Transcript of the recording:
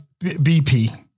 BP